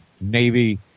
Navy